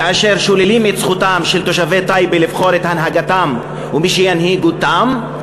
כאשר שוללים את זכותם של תושבי טייבה לבחור את הנהגתם ומי שינהיג אותם.